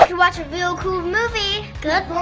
watch a real cool movie. good